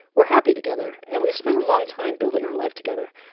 we're happy together. and we've spent a long time building our life together.